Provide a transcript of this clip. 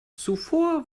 zuvor